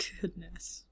Goodness